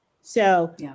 So-